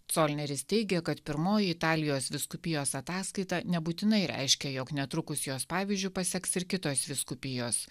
colneris teigia kad pirmoji italijos vyskupijos ataskaita nebūtinai reiškia jog netrukus jos pavyzdžiu paseks ir kitos vyskupijos